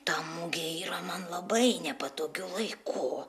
ta mugė yra man labai nepatogiu laiku